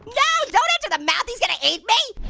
yeah don't enter the mouth, he's gonna eat me!